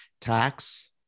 tax